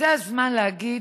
זה הזמן להגיד